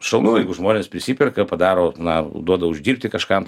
šaunu jeigu žmonės prisiperka padaro na duoda uždirbti kažkam